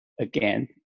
again